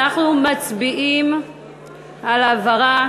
אנחנו מצביעים על העברה